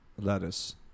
lettuce